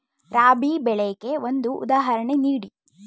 ರಾಬಿ ಬೆಳೆಗೆ ಒಂದು ಉದಾಹರಣೆ ನೀಡಿ